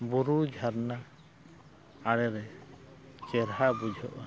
ᱵᱩᱨᱩ ᱡᱷᱟᱨᱱᱟ ᱟᱲᱮ ᱨᱮ ᱪᱮᱨᱦᱟ ᱵᱩᱡᱷᱟᱹᱜᱼᱟ